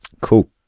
Cool